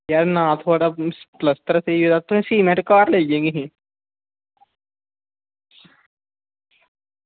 ते ना थुआढ़ा प्लस्तर स्हेई होएआ तुस सीमेंट घर लेई गेदे हे के